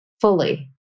fully